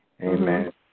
Amen